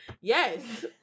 Yes